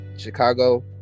Chicago